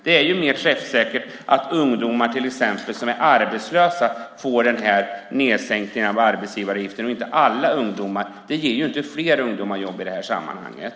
Det är mer träffsäkert att till exempel ungdomar som är arbetslösa får sänkningen av arbetsgivaravgifter, och inte alla ungdomar. Det ger inte fler ungdomar jobb i det här sammanhanget.